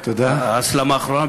את ההסלמה האחרונה,